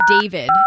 David